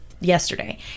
yesterday